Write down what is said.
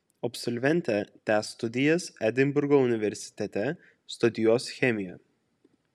absolventė tęs studijas edinburgo universitete studijuos chemiją